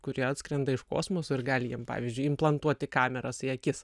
kurie atskrenda iš kosmoso ir gali jiem pavyzdžiui implantuoti kameras į akis